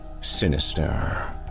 sinister